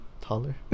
taller